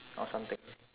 or something